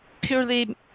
purely